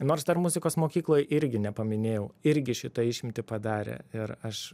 nors dar muzikos mokykloj irgi nepaminėjau irgi šitą išimtį padarė ir aš